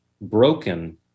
broken